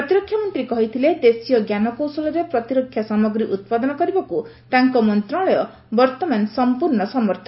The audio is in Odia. ପ୍ରତିରକ୍ଷାମନ୍ତ୍ରୀ କହିଥିଲେ ଦେଶୀୟ ଜ୍ଞାନକୌଶଳରେ ପ୍ରତିରକ୍ଷା ସାମଗ୍ରୀ ଉତ୍ପାଦନ କରିବାକୁ ତାଙ୍କ ମନ୍ତ୍ରଣାଳୟ ବର୍ତ୍ତମାନ ସମ୍ପୂର୍ଣ୍ଣ ସମର୍ଥ